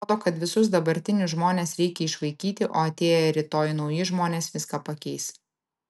atrodo kad visus dabartinius žmones reikia išvaikyti o atėję rytoj nauji žmonės viską pakeis